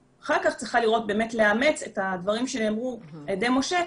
אחר כך אני צריכה לאמץ את הדברים שנאמרו על ידי משה,